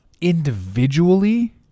individually